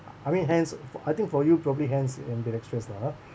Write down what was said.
I mean hands I think for you probably hands ambidextrous lah !huh!